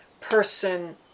person